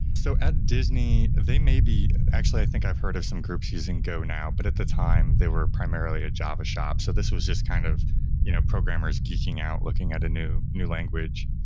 so at disney, they may be actually i think i've heard of some groups using go now, but at the time they were primarily a java shop. so this was just kind of you know programmers geeking out, looking at a new new language.